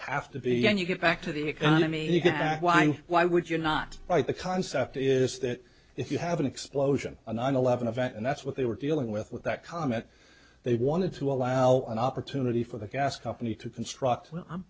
have to be and you get back to the economy and you can whine why would you not like the concept is that if you have an explosion on an eleven event and that's what they were dealing with with that comment they wanted to allow an opportunity for the gas company to construct well i'm